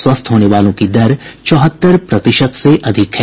स्वस्थ होने वालों की दर चौहत्तर प्रतिशत से अधिक है